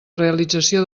realització